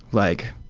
like,